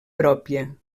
pròpia